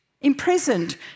imprisoned